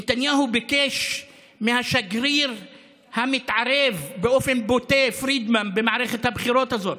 נתניהו ביקש מהשגריר המתערב באופן בוטה במערכת הבחירות הזאת,